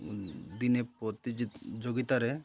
ଦିନେ ପ୍ରତିଯୋଗିତାରେ